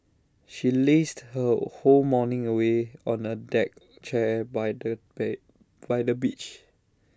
she lazed her whole morning away on A deck chair by the bay by the beach